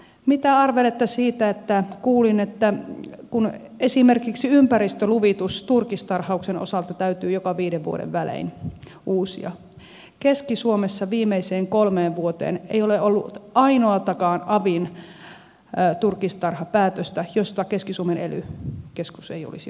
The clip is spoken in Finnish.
mitä arvelette siitä että kuulin että kun esimerkiksi ympäristöluvitus turkistarhauksen osalta täytyy joka viiden vuoden välein uusia niin keski suomessa viimeiseen kolmeen vuoteen ei ole ollut ainoatakaan avin turkistarhapäätöstä josta keski suomen ely keskus ei olisi valittanut